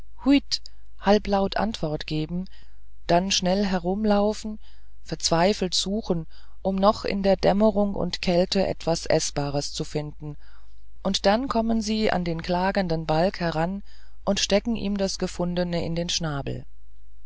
halblaut antwort geben dann schnell herumlaufen verzweifelt suchend um noch in der dämmerung und kälte etwas eßbares zu finden und dann kommen sie an den klagenden balg heran und stecken ihm das gefundene in den schnabel